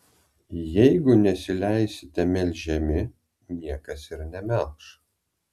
jeigu nesileisite melžiami niekas ir nemelš